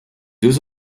deux